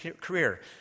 career